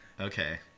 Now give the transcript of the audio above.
okay